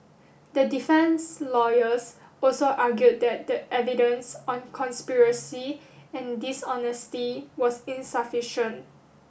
the lawyers also argued that the evidence on conspiracy and dishonesty was insufficient